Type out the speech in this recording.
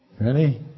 Ready